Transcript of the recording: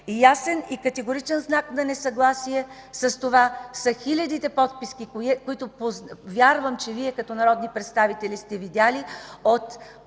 Ясен и категоричен знак на несъгласие с това са хилядите подписки, които, вярвам, че Вие, като народни представители, сте видели от